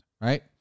Right